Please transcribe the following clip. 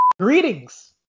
Greetings